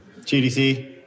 GDC